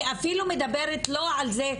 אני אפילו מדברת לא על זה,